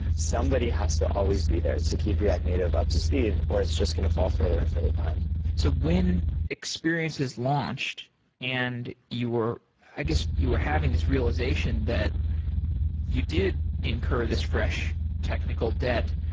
somebody has to always be there to keep react native up to speed, or it's just going to fall further and further behind so when experience is launched and you were i guess, you were having this realization that you did incur this fresh technical debt,